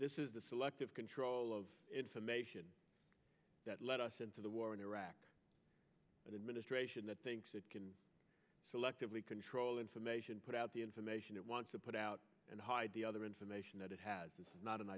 this is the selective control of information that led us into the war in iraq but administration that thinks it can selectively control and nation put out the information it wants to put out and hide the other information that it has it's not an